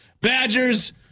Badgers